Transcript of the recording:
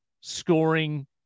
scoring